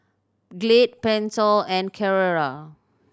Glad Pentel and Carrera